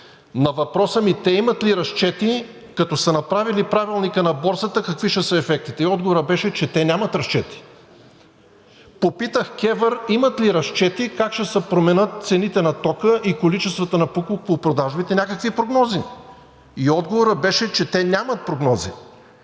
на въпроса ми: те имат ли разчети, като са направили Правилника на борсата, какви ще са ефектите? Отговорът беше, че те нямат разчети. Попитах КЕВР имат ли разчети как ще се променят цените на тока и количествата на покупко-продажбите, някакви прогнози? Отговорът беше, че те нямат прогнози.